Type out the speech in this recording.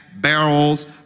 barrels